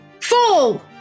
fall